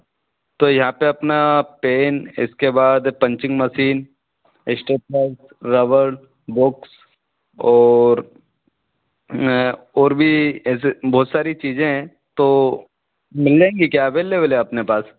तो यहाँ पर अपना पेन इसके बाद punching machine stapler rubber books और और भी ऐसे बहुत सारी चीज़े हैं तो मिलेंगी क्या अवैलवल है अपने पास